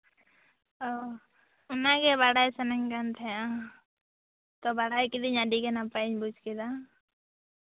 ᱚ ᱚᱱᱟᱜᱮ ᱵᱟᱲᱟᱭ ᱥᱟᱱᱟᱧ ᱠᱟᱱ ᱛᱟᱦᱮᱸᱫᱼᱟ ᱛᱳ ᱵᱟᱲᱟᱭ ᱠᱤᱫᱟᱹᱧ ᱟᱹᱰᱤᱜᱮ ᱱᱟᱯᱟᱭᱤᱧ ᱵᱩᱡᱽ ᱠᱮᱫᱟ